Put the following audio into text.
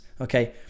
okay